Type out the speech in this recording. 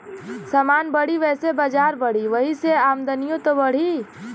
समान बढ़ी वैसे बजार बढ़ी, वही से आमदनिओ त बढ़ी